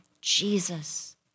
Jesus